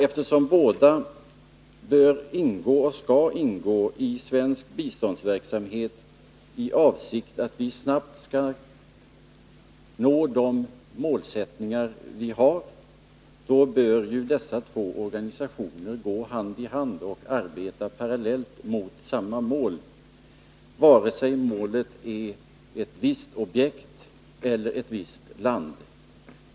Eftersom båda dessa organisationer arbetar med svensk biståndsverksamhet för att vi snabbt skall nå de mål vi har, så bör de gå hand i hand och arbeta parallellt för samma mål, vare sig målet avser ett visst objekt eller ett visst land.